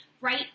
right